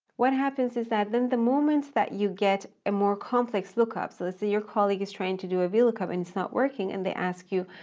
what happens is that then the moment that you get a more complex lookup, so let's say your colleague is trying to do a vlookup and it's not working and they ask you,